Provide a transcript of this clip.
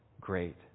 great